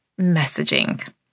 messaging